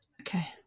Okay